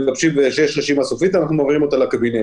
כשיש רשימה סופית, אנחנו מעבירים אותה לקבינט.